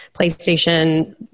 PlayStation